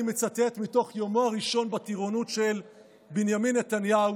אני מצטט מתוך יומו הראשון בטירונות של בנימין נתניהו